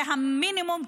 זה המינימום,